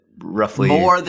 roughly